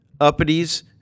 uppities